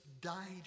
died